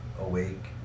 awake